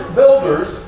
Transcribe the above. builders